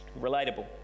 Relatable